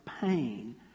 pain